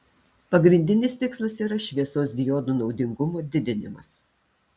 pagrindinis tikslas yra šviesos diodo naudingumo didinimas